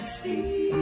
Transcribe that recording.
see